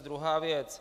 Druhá věc.